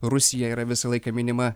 rusija yra visą laiką minima